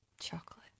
Chocolate